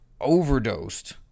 overdosed